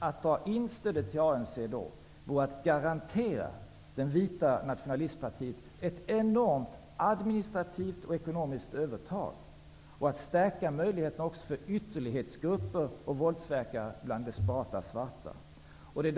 Att dra in stödet till ANC vore att garantera det vita nationalistpartiet ett enormt administrativt och ekonomiskt övertag och att stärka möjligheterna för ytterlighetsgrupper och våldsverkare bland desperata svarta.